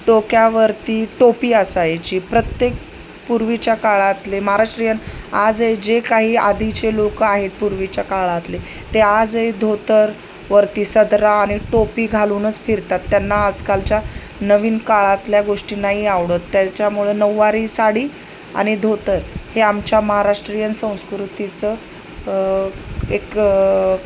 डोक्यावरती टोपी असायची प्रत्येक पूर्वीच्या काळातले महाराष्ट्रीयन आज हे जे काही आधीचे लोकं आहेत पूर्वीच्या काळातले ते आज धोतर वरती सदरा आणि टोपी घालूनच फिरतात त्यांना आजकालच्या नवीन काळातल्या गोष्टी नाही आवडत त्याच्यामुळे नऊवारी साडी आणि धोतर हे आमच्या महाराष्ट्रीयन संस्कृतीचं एक